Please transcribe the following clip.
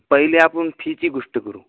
पहिले आपण फीची गोष्ट करू